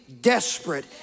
desperate